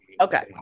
Okay